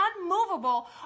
unmovable